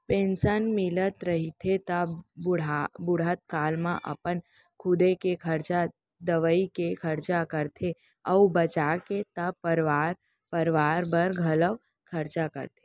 pension मिलत रहिथे त बुड़हत काल म अपन खुदे के खरचा, दवई के खरचा करथे अउ बाचगे त परवार परवार बर घलोक खरचा करथे